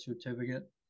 certificate